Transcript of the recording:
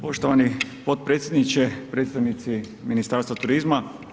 Poštovani potpredsjedniče, predstavnici Ministarstva turizma.